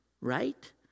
Right